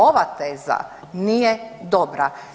Ova teza nije dobra.